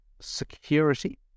security